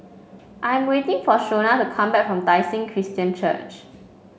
I am waiting for Shona to come back from Tai Seng Christian Church